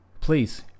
please